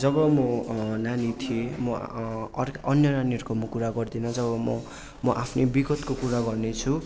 जब म नानी थिएँ म अर्को अन्य नानीहरूको म कुरा गर्दिनँ जब म म आफ्नै विगतको कुरा गर्नेछु